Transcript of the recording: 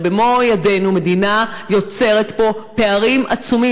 הרי במו ידינו המדינה יוצרת פה פערים עצומים.